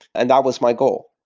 and that was my goal.